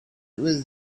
was